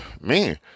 man